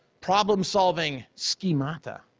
problem solving schemata,